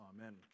Amen